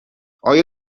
آیا